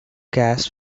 gas